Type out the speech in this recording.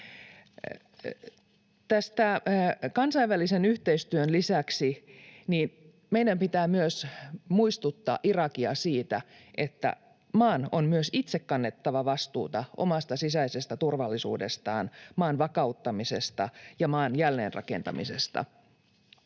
Kansainvälisen yhteistyön lisäksi meidän pitää muistuttaa Irakia siitä, että maan on myös itse kannettava vastuuta omasta sisäisestä turvallisuudestaan, maan vakauttamisesta ja maan jälleenrakentamisesta.